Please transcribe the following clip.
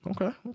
Okay